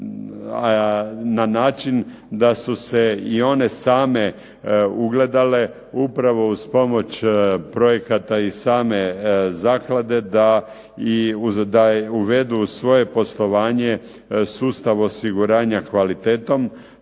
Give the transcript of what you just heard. na način da su se i one same ugledale upravo uz pomoć projekata iz same zaklade da uvedu u svoje poslovanje sustav osiguranja kvalitetom